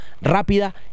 rápida